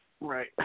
Right